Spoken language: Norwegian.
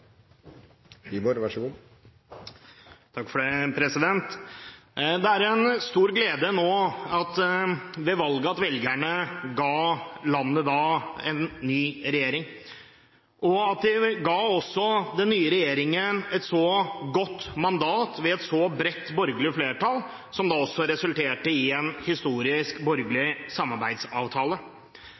en stor glede at velgerne ga landet en ny regjering etter valget, og at de ga den nye regjeringen et godt mandat med et bredt borgerlig flertall, som resulterte i en historisk borgerlig samarbeidsavtale.